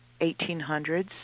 1800s